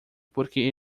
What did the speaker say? porque